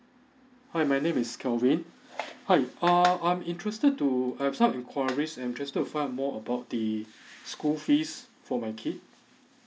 hi my name is calvin hi err I'm interested to I have some inquiries I'm interest to find out more about the school fees for my kid